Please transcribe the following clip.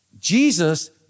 Jesus